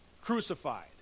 crucified